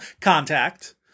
Contact